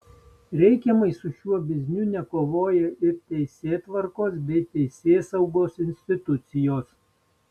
reikiamai su šiuo bizniu nekovoja ir teisėtvarkos bei teisėsaugos institucijos